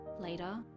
Later